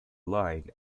line